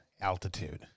altitude